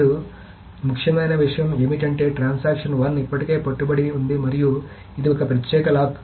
ఇప్పుడు ముఖ్యమైన విషయం ఏమిటంటే ట్రాన్సాక్షన్ 1 ఇప్పటికే పట్టుబడి ఉంది మరియు ఇది ఒక ప్రత్యేక లాక్